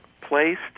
placed